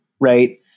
right